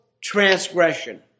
transgression